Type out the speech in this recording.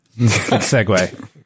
segue